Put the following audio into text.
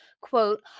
quote